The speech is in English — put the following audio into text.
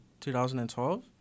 2012